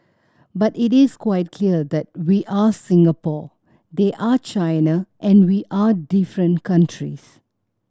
but it is quite clear that we are Singapore they are China and we are different countries